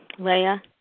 Leah